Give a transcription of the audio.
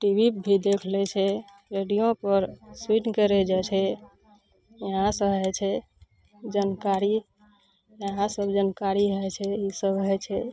T भी पर भी देख लै छै रेडियो पर सुनिके रहि जाइ छै इहाँ सब होइ छै जनकारी इएह सब जनकारी भऽ जाइ छै ई सब रहै छै